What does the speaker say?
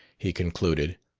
he concluded,